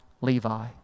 Levi